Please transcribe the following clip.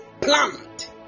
plant